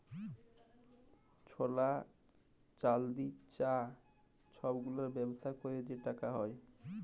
সলা, চাল্দি, চাঁ ছব গুলার ব্যবসা ক্যইরে যে টাকা হ্যয়